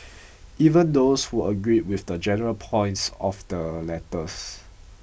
even those who agreed with the general points of the letters